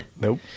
Nope